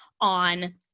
on